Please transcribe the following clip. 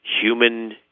human